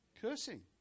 cursing